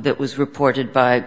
that was reported by